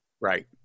Right